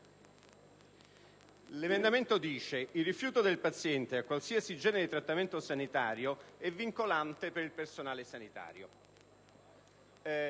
il seguente: «4-*bis.* Il rifiuto del paziente a qualsiasi genere di trattamento sanitario è vincolante per il personale sanitario».